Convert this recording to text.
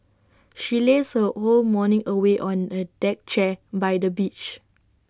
she lazed her whole morning away on A deck chair by the beach